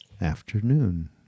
afternoon